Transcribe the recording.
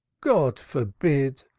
god forbid!